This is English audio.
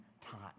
time